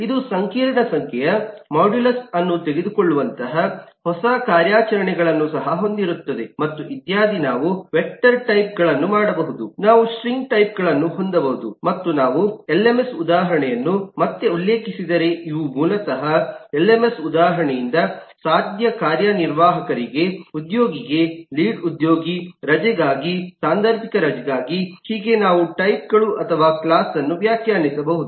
ಇದು ಸಂಕೀರ್ಣ ಸಂಖ್ಯೆಯ ಮಾಡ್ಯುಲಸ್ ಅನ್ನು ತೆಗೆದುಕೊಳ್ಳುವಂತಹ ಹೊಸ ಕಾರ್ಯಾಚರಣೆಗಳನ್ನು ಸಹ ಹೊಂದಿರುತ್ತದೆ ಮತ್ತು ಇತ್ಯಾದಿನಾವು ವೆಕ್ಟರ್ ಟೈಪ್ ಗಳನ್ನು ಮಾಡಬಹುದು ನಾವು ಸ್ಟ್ರಿಂಗ್ ಟೈಪ್ ಗಳನ್ನು ಹೊಂದಬಹುದು ಮತ್ತು ನಾವು ನಮ್ಮ ಎಲ್ಎಮ್ಎಸ್ ಉದಾಹರಣೆಯನ್ನು ಮತ್ತೆ ಉಲ್ಲೇಖಿಸಿದರೆ ಇವು ಮೂಲತಃ ನಮ್ಮ ಎಲ್ಎಮ್ಎಸ್ ಉದಾಹರಣೆಯಿಂದ ಸಾಧ್ಯ ಕಾರ್ಯನಿರ್ವಾಹಕರಿಗೆ ಉದ್ಯೋಗಿಗೆ ಲೀಡ್ ಉದ್ಯೋಗಿ ರಜೆಗಾಗಿ ಸಾಂದರ್ಭಿಕ ರಜೆಗಾಗಿ ಹೀಗೆ ನಾವು ಟೈಪ್ಗಳು ಅಥವಾ ಕ್ಲಾಸ್ ನ್ನು ವ್ಯಾಖ್ಯಾನಿಸಬಹುದು